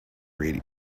radio